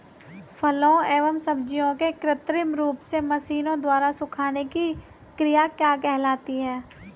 फलों एवं सब्जियों के कृत्रिम रूप से मशीनों द्वारा सुखाने की क्रिया क्या कहलाती है?